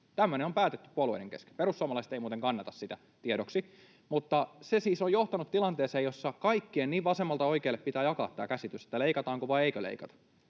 Tämmöinen on päätetty puolueiden kesken — perussuomalaiset eivät muuten kannata sitä, tiedoksi — mutta se siis on johtanut tilanteeseen, jossa kaikkien vasemmalta oikealle pitää jakaa tämä käsitys, että leikataanko vai eikö leikata.